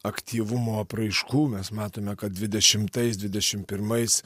aktyvumo apraiškų mes matome kad dvidešimtais dvidešimt pirmais